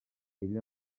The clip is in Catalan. filla